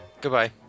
Goodbye